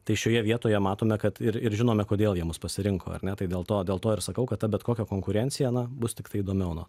tai šioje vietoje matome kad ir ir žinome kodėl jie mus pasirinko ar ne tai dėl to dėl to ir sakau kad bet kokia konkurencija na bus tiktai įdomiau nuo